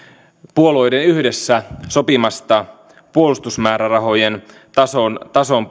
puolueiden yhdessä sopima puolustusmäärärahojen tason tason